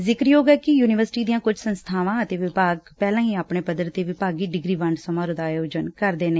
ਜ਼ਿਕਰਯੋਗ ਐ ਕਿ ਯੁਨੀਵਰਸਿਟੀ ਦੀਆਂ ਕੁਝ ਸੰਸਬਾਵਾਂ ਅਤੇ ਵਿਭਾਗ ਆਪਣੇ ਪੱਧਰ ਤੇ ਵਿਭਾਗੀ ਡਿਗਰੀ ਵੰਡ ਸਮਾਗਮ ਦਾ ਆਯੋਜਨ ਕਰਦੇ ਨੇ